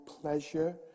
pleasure